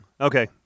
Okay